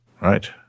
Right